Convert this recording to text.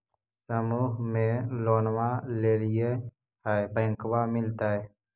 समुह मे लोनवा लेलिऐ है बैंकवा मिलतै?